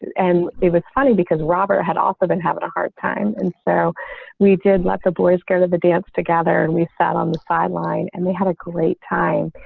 and it was funny because robert had also been having a hard time. and so we did let the boys go to the dance together. and we sat on the sideline, and we had a great time.